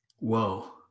Whoa